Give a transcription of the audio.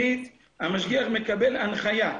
שנית, המשגיח מקבל הנחיה,